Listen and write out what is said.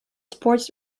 supports